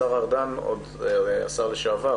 השר לשעבר